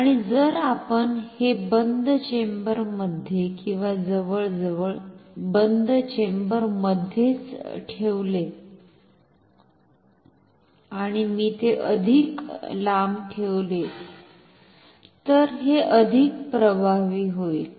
आणि जर आपण हे बंद चेंबरमध्ये किंवा जवळजवळ बंद चेंबरमध्येच ठेवले आणि मी ते अधिक लांब ठेवले तर हे अधिक प्रभावी होईल